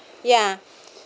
ya